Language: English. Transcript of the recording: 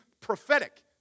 prophetic